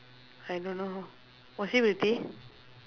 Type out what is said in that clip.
I don't know was she pretty